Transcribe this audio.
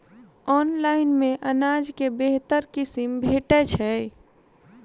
Online मे अनाज केँ बेहतर किसिम भेटय छै?